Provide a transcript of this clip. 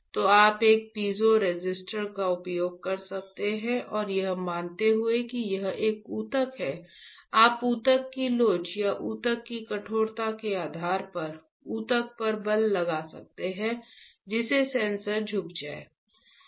तो आप एक पीज़ोरेसिस्टर का उपयोग कर सकते हैं और यह मानते हुए कि यह एक ऊतक है आप ऊतक की लोच या ऊतक की कठोरता के आधार पर ऊतक पर बल लगा सकते हैं जिससे सेंसर झुक जाएगा